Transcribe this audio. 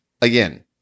Again